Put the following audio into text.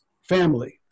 family